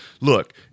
look